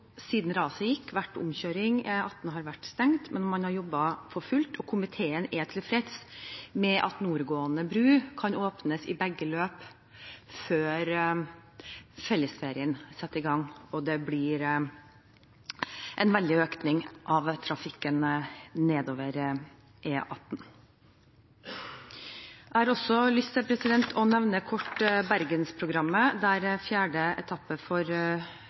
siden raset gikk, vært omkjøring. E18 har vært stengt, men man har jobbet for fullt, og komiteen er tilfreds med at nordgående bru kan åpnes i begge løp før fellesferien setter i gang og det blir en veldig økning av trafikken nedover E18. Jeg har også lyst til kort å nevne Bergensprogrammet, der fjerde etappe for